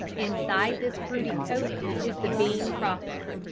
inside this fruity coating is the bean proper.